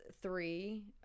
three